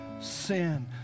sin